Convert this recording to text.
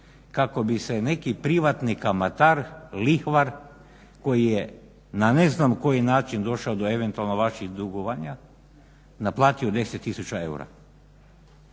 kako bi se neki privatni kamatar lihvar koji je na ne znam koji način došao dob eventualno vaših dugovanja naplatio 10 tisuća eura.